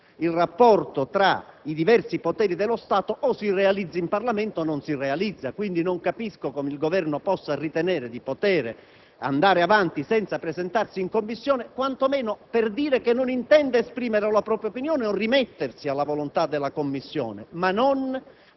il rapporto tra i diversi poteri dello Stato o si realizza in Parlamento o non si realizza. Non capisco come il Governo possa ritenere di potere andare avanti senza presentarsi in Commissione, quantomeno per dire che non intende esprimere la propria opinione o per rimettersi alla volontà della Commissione. La